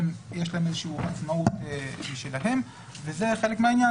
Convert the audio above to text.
יש להם איזושהי עצמאות שהיא שלהם וזה חלק מהעניין,